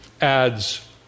adds